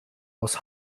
aus